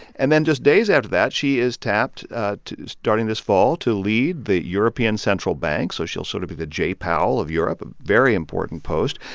and then, just days after that, she is tapped starting this fall to lead the european central bank. so she'll sort of be the jay powell of europe a very important post.